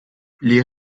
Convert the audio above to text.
les